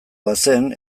bazen